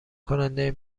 کننده